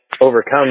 overcome